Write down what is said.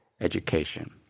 education